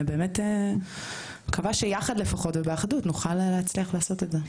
ואני מקווה שיחד ובאחדות נוכל באמת לעשות את זה.